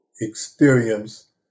experience